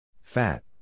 Fat